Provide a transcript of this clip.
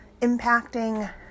impacting